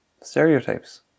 stereotypes